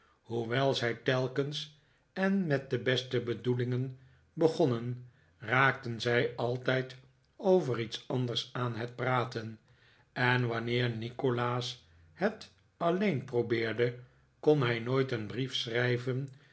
hoewel zij telkens en met de beste bedoelingen begonnen raakten zij altijd over iets anders aan het praten en wanneer nikolaas het alleen probeerde kon hij nooit een brief schrijven